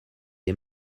des